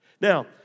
Now